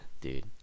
dude